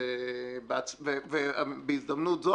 ובהזדמנות זו,